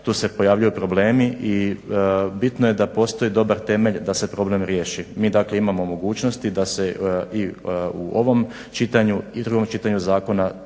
Tu se pojavljuju problemi i bitno je da postoji dobar temelj da se problem riješi. Mi dakle imamo mogućnosti da se i u ovom čitanju i u drugom čitanju zakona to